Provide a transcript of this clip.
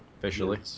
officially